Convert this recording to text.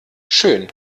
schön